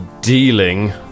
dealing